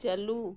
ᱪᱟᱹᱞᱩ